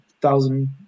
thousand